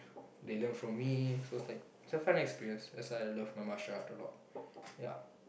they learn from me so it's like it's a fun experience that's why I love my martial art a lot ya